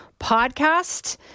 podcast